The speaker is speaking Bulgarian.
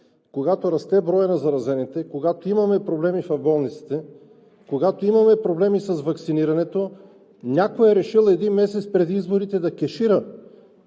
когато расте броят на заразените, когато имаме проблеми в болниците, имаме проблеми с ваксинирането, някой е решил един месец преди изборите да кешира,